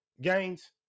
gains